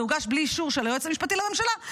הוגש בלי אישור של היועץ המשפטי לממשלה,